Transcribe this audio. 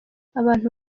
abantu